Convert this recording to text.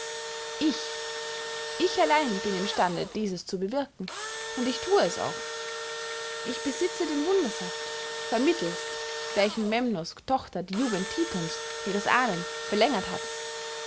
ich ich allein bin im stande dieses zu bewirken und ich thue es auch ich besitze den wundersaft vermittelst welchem memnos tochter die jugend tithons ihres ahnen verlängert hat